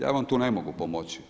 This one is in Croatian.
Ja vam tu ne mogu pomoći.